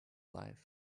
life